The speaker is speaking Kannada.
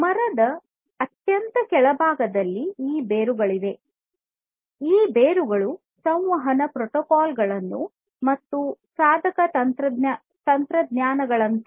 ಮರದ ಅತ್ಯಂತ ಕೆಳಭಾಗದಲ್ಲಿ ಈ ಬೇರುಗಳಿವೆ ಈ ಬೇರುಗಳು ಸಂವಹನ ಪ್ರೋಟೋಕಾಲ್ ಗಳು ಮತ್ತು ಸಾಧನ ತಂತ್ರಜ್ಞಾನಗಳಂತೆ